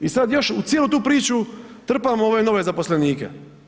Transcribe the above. I sad još u cijelu tu priču trpamo ove nove zaposlenike.